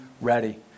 ready